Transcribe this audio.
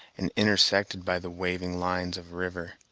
and intersected by the waving lines of river.